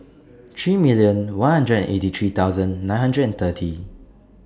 three million one hundred and eighty three thousand nine hundred and thirty